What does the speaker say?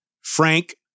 frank